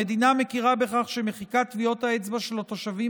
המדינה מכירה בכך שמחיקת טביעות האצבע של התושבים